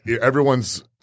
everyone's –